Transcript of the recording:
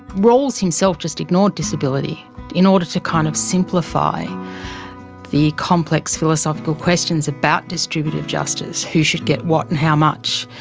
rawls himself just ignored disability in order to kind of simplify the complex philosophical questions about distributive justice who should get what and how much.